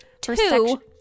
Two